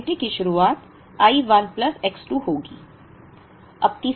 तो इन्वेंट्री की शुरुआत I 1 प्लस X 2 होगी